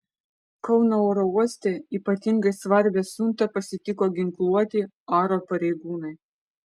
kauno oro uoste ypatingai svarbią siuntą pasitiko ginkluoti aro pareigūnai